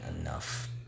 enough